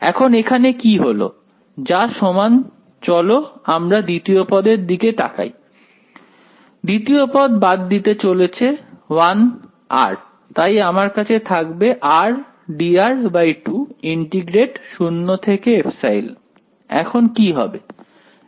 এখন এখানে কি হলো যা সমান চলো আমরা দ্বিতীয় পদের দিকে তাকাই দ্বিতীয় পদ বাদ দিতে চলেছে 1 r তাই আমার কাছে থাকবে r dr2 ইন্টিগ্রেট 0 থেকে ε এখন কি হবে